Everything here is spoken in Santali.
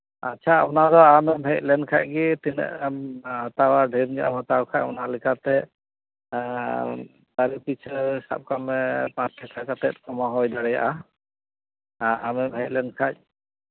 ᱟᱪᱪᱷᱟ ᱚᱱᱟᱫᱚ ᱟᱢᱮᱢ ᱦᱮᱡ ᱞᱮᱱᱠᱷᱟᱱ ᱜᱮ ᱛᱤᱱᱟᱹᱜ ᱮᱢ ᱦᱟᱛᱟᱣᱟ ᱰᱷᱮᱨ ᱧᱚᱜ ᱮᱢ ᱦᱟᱛᱟᱣ ᱠᱷᱟᱱ ᱚᱱᱟ ᱞᱮᱠᱟᱛᱮ ᱫᱟᱨᱮ ᱯᱤᱪᱷᱩ ᱥᱟᱵ ᱠᱟᱜ ᱢᱮ ᱯᱟᱸᱪ ᱴᱟᱠᱟ ᱠᱟᱛᱮᱫ ᱠᱚᱢᱟᱣ ᱦᱩᱭ ᱫᱟᱲᱮᱭᱟᱜᱼᱟ ᱟᱢᱮᱢ ᱦᱮᱡ ᱞᱮᱱᱠᱷᱟᱱ